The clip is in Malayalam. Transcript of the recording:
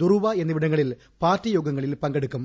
ധൂർവ എന്നിവിടങ്ങളിൽ പാർട്ടി യോഗങ്ങളിൽ പങ്കെടുക്കും